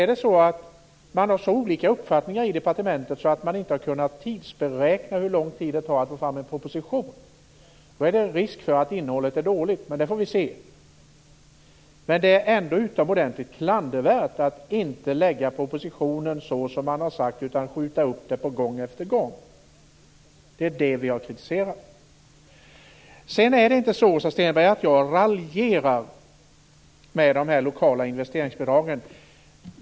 Om det råder så olika uppfattningar i departementet att man inte har kunnat tidsberäkna hur lång tid det tar att ta fram en proposition är risken att innehållet är dåligt. Det får vi se. Det är ändå utomordentligt klandervärt att inte lägga fram propositionen när det har sagts utan att den skjuts upp gång på gång. Det är det vi har kritiserat. Jag raljerar inte, Åsa Stenberg, med de lokala investeringsbidragen.